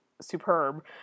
superb